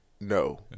No